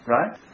right